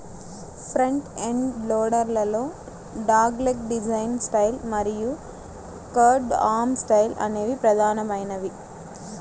front end loader లలో dogleg design style మరియు curved arm style అనేవి ప్రధానమైనవి